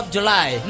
July